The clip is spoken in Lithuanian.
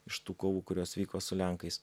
iš tų kovų kurios vyko su lenkais